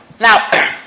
Now